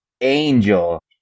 angel